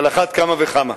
על אחת כמה וכמה.